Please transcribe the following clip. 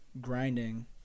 grinding